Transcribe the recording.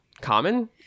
common